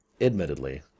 admittedly